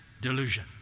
delusion